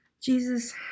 Jesus